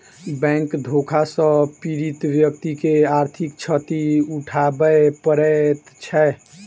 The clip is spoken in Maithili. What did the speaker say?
बैंक धोखा सॅ पीड़ित व्यक्ति के आर्थिक क्षति उठाबय पड़ैत छै